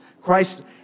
Christ